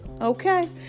okay